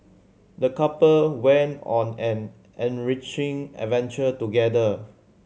the couple went on an enriching adventure together